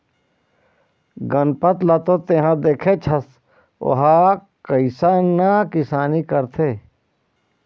गनपत ल तो तेंहा देखेच हस ओ ह कइसना किसानी करथे